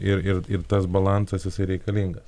ir ir ir tas balansas jisai reikalingas